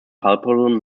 palpable